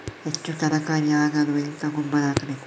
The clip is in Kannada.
ಹೆಚ್ಚು ತರಕಾರಿ ಆಗಲು ಎಂತ ಗೊಬ್ಬರ ಹಾಕಬೇಕು?